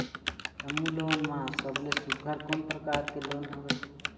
समूह लोन मा सबले सुघ्घर कोन प्रकार के लोन हवेए?